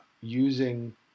using